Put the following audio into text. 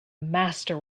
master